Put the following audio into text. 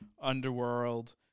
underworld